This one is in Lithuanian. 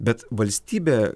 bet valstybė